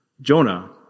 Jonah